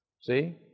See